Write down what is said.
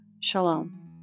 shalom